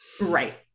Right